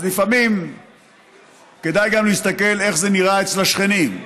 אז לפעמים כדאי גם להסתכל איך זה נראה אצל השכנים,